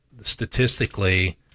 statistically